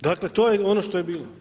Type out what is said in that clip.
Dakle, to je ono što je bilo.